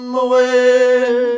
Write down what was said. away